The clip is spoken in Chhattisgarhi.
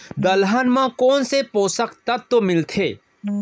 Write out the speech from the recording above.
दलहन म कोन से पोसक तत्व मिलथे?